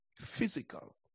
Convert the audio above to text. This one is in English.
physical